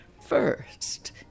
First